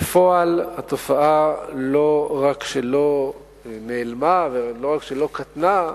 בפועל, התופעה לא רק שלא נעלמה ולא רק שלא קטנה,